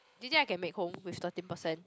do you think I can make home with thirteen percent